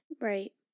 right